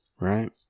Right